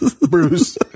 Bruce